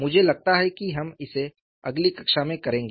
मुझे लगता है कि हम इसे अगली कक्षा में करेंगे